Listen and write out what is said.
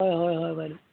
হয় হয় হয় বাইদেউ